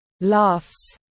Laughs